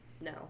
No